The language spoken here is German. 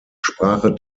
sprache